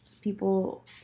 people